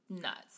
nuts